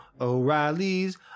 O'Reilly's